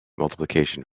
multiplication